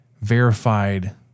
verified